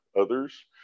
others